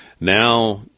now